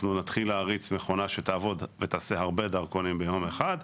אנחנו נתחיל להריץ מכונה שתעבוד ותעשה הרבה דרכונים ביום אחד.